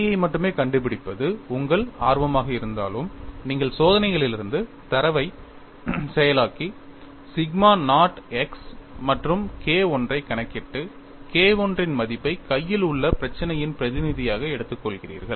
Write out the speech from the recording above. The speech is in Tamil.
K ஐ மட்டுமே கண்டுபிடிப்பது உங்கள் ஆர்வமாக இருந்தாலும் நீங்கள் சோதனைகளிலிருந்து தரவைச் செயலாக்கி சிக்மா நாட் x மற்றும் K I ஐக் கணக்கிட்டு K I இன் மதிப்பை கையில் உள்ள பிரச்சினையின் பிரதிநிதியாக எடுத்துக்கொள்கிறீர்கள்